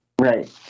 Right